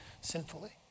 sinfully